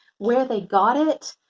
where they got it,